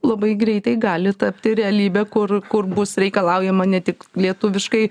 labai greitai gali tapti realybe kur kur bus reikalaujama ne tik lietuviškai